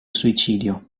suicidio